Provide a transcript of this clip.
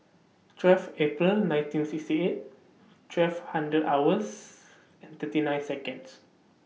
twelve April nineteen sixty eight twelve hundred hours and thirty nine Seconds